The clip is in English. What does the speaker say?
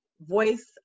voice